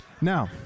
Now